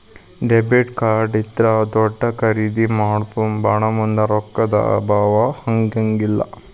debit card ಇದ್ರಾ ದೊಡ್ದ ಖರಿದೇ ಮಾಡೊಮುಂದ್ ರೊಕ್ಕಾ ದ್ ಅಭಾವಾ ಆಗಂಗಿಲ್ಲ್